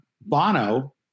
Bono